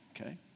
okay